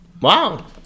Wow